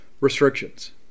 restrictions